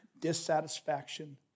dissatisfaction